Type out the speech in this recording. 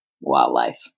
wildlife